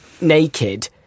naked